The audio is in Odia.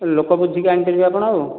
ଲୋକ ବୁଝିକି ଆଣି ପାରିବେ ଆପଣ ଆଉ